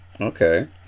Okay